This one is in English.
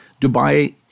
Dubai